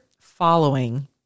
following